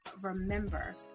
Remember